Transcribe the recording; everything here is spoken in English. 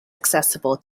accessible